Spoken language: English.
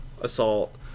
assault